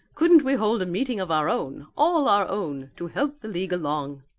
couldn't we hold a meeting of our own, all our own, to help the league along?